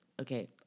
Okay